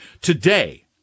Today